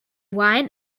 wine